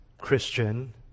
Christian